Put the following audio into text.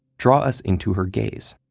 draw us into her gaze.